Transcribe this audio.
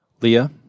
Leah